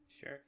sure